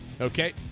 okay